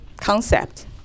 concept